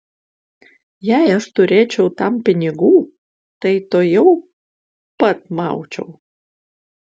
jei aš turėčiau tam pinigų tai tuojau pat maučiau